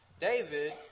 David